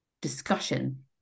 discussion